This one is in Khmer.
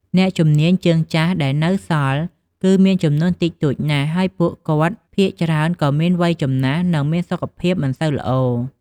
អ្នកជំនាញជើងចាស់ដែលនៅសល់ គឺមានចំនួនតិចតួចណាស់ ហើយពួកគាត់ភាគច្រើនក៏មានវ័យចំណាស់ និងមានសុខភាពមិនសូវល្អ។